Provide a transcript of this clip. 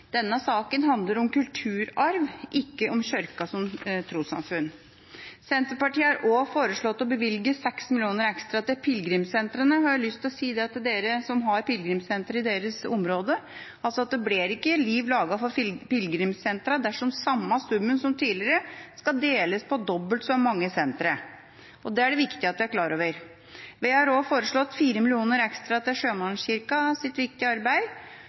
Denne saken handler om kulturarv, ikke om Kirken som trossamfunn. Senterpartiet har også foreslått å bevilge 6 mill. kr ekstra til pilgrimssentrene, og jeg har lyst til å si til dere som har pilgrimssenter i deres område, at det blir ikke liv laga for pilgrimssentrene dersom den samme summen som tidligere skal deles på dobbelt så mange sentre. Det er det viktig at man er klar over. Vi har også foreslått 4 mill. kr ekstra til Sjømannskirkens viktige arbeid.